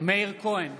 מאיר כהן,